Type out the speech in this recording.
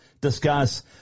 discuss